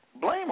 blame